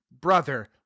brother